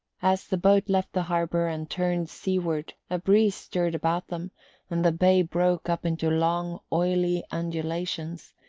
as the boat left the harbour and turned seaward a breeze stirred about them and the bay broke up into long oily undulations,